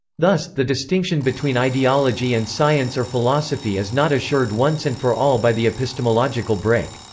thus, the distinction between ideology and science or philosophy is not assured once and for all by the epistemological break.